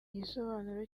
gisobanuro